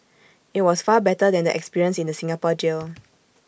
IT was far better than the experience in the Singapore jail